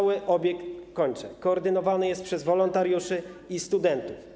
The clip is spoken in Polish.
Cały obiekt - kończę - koordynowany jest przez wolontariuszy i studentów.